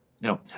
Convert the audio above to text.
no